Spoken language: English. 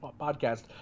podcast